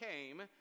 came